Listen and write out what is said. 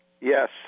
Yes